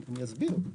אסביר.